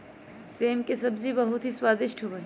सेम के सब्जी बहुत ही स्वादिष्ट होबा हई